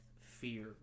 fear